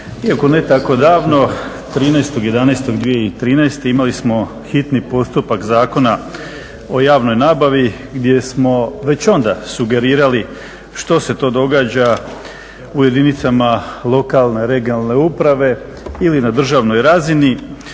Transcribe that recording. Iako ne tako davno 13.11.2013. imali smo hitni postupak Zakona o javnoj nabavi gdje smo već onda sugerirali što se to događa u jedinicama lokalne, regionalne uprave ili na državnoj razini.